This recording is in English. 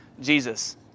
Jesus